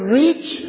rich